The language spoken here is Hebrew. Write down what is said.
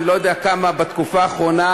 אני לא יודע כמה פעמים בתקופה האחרונה,